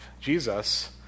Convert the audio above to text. Jesus